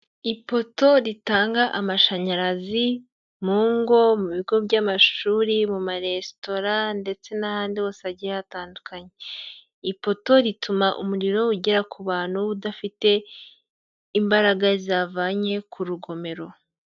Ipoto ritanga amashanyarazi mu ngo, mu bigo by'amashuri, mu maresitora ndetse n'ahandi hose hagiye hatandukanye, ipoto rituma umuriro ugera ku bantu udafite imbaraga zavanye ku rugomero.